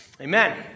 Amen